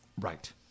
Right